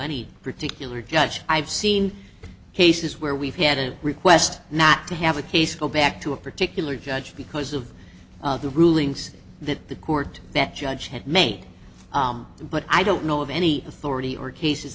any particular judge i've seen cases where we've had a request not to have a case go back to a particular judge because of the rulings that the court that judge had made but i don't know of any authority or cases